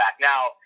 Now